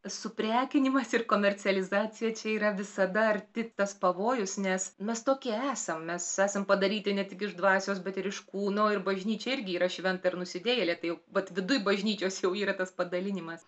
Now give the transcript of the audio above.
suprekinimas ir komercializacija čia yra visada arti tas pavojus nes mes tokie esam mes esam padaryti ne tik iš dvasios bet ir iš kūno ir bažnyčia irgi yra šventa ir nusidėjėlė tai vat viduj bažnyčios jau yra tas padalinimas